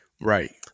Right